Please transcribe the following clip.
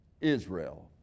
Israel